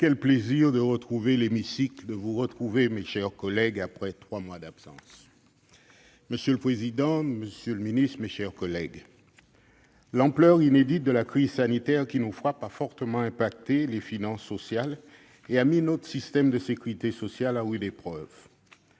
Quel plaisir de retrouver l'hémicycle et de vous retrouver, mes chers collègues, après trois mois d'absence ! Monsieur le président, monsieur le secrétaire d'État, mes chers collègues, l'ampleur inédite de la crise sanitaire qui nous frappe a fortement impacté les finances sociales et a mis notre système de sécurité sociale à rude épreuve.